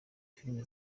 film